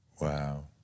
Wow